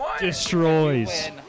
Destroys